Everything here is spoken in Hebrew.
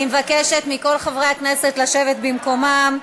אני מבקשת מכל חברי הכנסת לשבת במקומם.